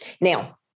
now